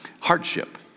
Hardship